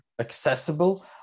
accessible